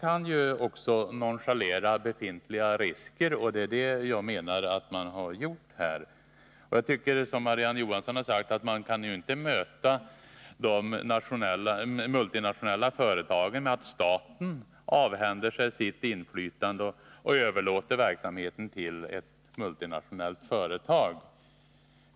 Men även två utskott kan nonchalera befintliga risker, och det är detta jag menar att man har gjort här. Jag tycker, som Marie-Anne Johansson har sagt, att man kan ju inte möta hotet från de multinationella företagen med att staten avhänder sig sitt inflytande och överlåter verksamheten till ett multinationellt företag.